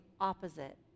opposite